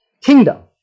kingdom